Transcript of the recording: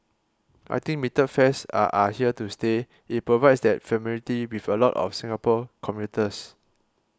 I think metered fares are are here to stay it provides that familiarity with a lot of Singapore commuters